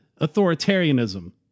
authoritarianism